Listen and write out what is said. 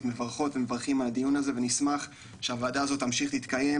מברכות ומברכים על הדיון הזה ונשמח שהוועדה הזו תמשיך להתקיים,